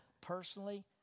Personally